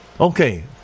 Okay